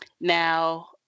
Now